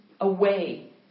away